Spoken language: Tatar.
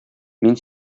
мин